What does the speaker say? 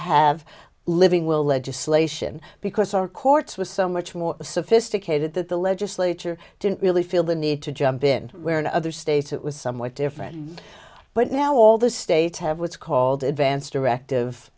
have a living will legislation because our courts was so much more sophisticated that the legislature didn't really feel the need to jump in where in other states it was somewhat different but now all the states have what's called advanced directive